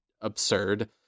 absurd